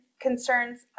concerns